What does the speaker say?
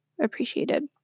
appreciated